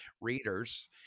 readers